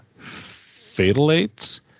fatalate's